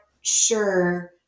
sure